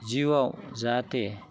जिउआव जाहाथे